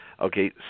Okay